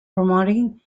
promoting